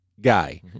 guy